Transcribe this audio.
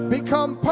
Become